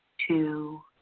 two,